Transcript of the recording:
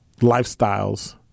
lifestyles